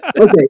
Okay